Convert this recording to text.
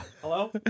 Hello